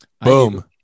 Boom